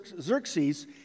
Xerxes